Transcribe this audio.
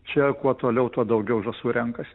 čia kuo toliau tuo daugiau žąsų renkasi